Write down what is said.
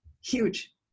Huge